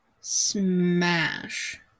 Smash